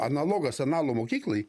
analogas analų mokyklai